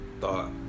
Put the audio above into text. thought